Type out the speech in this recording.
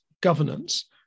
governance